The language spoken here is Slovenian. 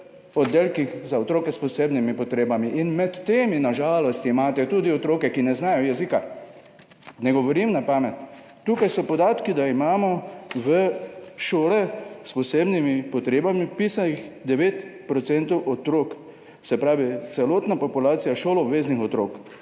v oddelkih za otroke s posebnimi potrebami. In med temi, na žalost, imate tudi otroke, ki ne znajo jezika. Ne govorim na pamet. Tukaj so podatki, da imamo v šolah za otroke s posebnimi potrebami vpisanih 9 % otrok, se pravi celotna populacija šoloobveznih otrok.